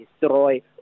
destroy